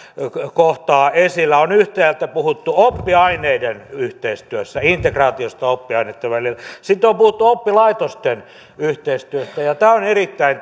kohtaa esillä on yhtäältä puhuttu oppiaineiden yhteistyöstä integraatiosta oppiaineitten välillä sitten on puhuttu oppilaitosten yhteistyöstä tämä on erittäin